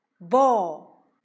Ball